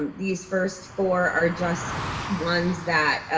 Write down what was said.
um these first four are just ones that,